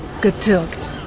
Getürkt